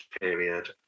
period